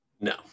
No